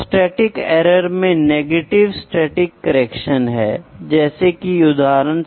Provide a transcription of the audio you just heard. secondary measurement में लंबाई के परिवर्तन में बदलने के लिए माप के तहत मात्रा पर किया जाने वाला केवल एक संचरण शामिल है